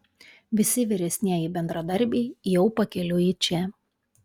visi vyresnieji bendradarbiai jau pakeliui į čia